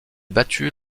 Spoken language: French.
battus